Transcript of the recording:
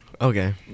Okay